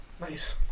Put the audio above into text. Nice